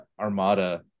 Armada